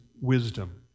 wisdom